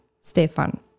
Stefan